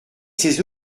ces